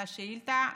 על השאילתה.